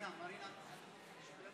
מתכבד לפתוח את ישיבת